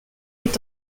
est